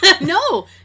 No